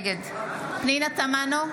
נגד פנינה תמנו,